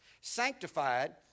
Sanctified